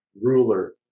ruler